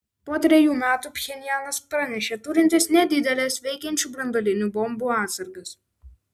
po trejų metų pchenjanas pranešė turintis nedideles veikiančių branduolinių bombų atsargas